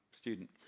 student